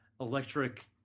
electric